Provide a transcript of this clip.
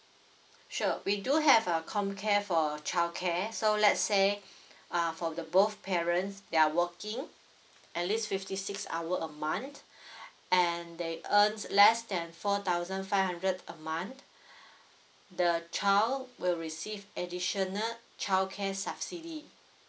sure we do have a comcare for childcare so let's say uh for the both parents they're working at least fifty six hour a month and they earn less than four thousand five hundred a month the child will receive additional childcare subsidy